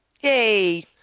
Yay